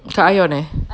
kat ion yes